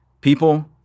people